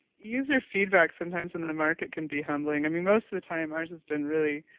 user feedbacks sometimes in the the market can be humbling. i mean most of the time, ours has been really,